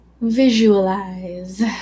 Visualize